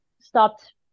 stopped